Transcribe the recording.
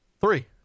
three